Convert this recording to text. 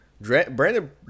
brandon